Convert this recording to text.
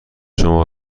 شما